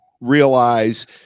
realize